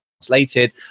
translated